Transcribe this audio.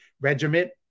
Regiment